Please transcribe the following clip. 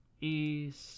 East